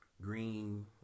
green